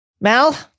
Mal